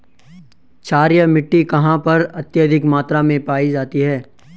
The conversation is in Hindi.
क्षारीय मिट्टी कहां पर अत्यधिक मात्रा में पाई जाती है?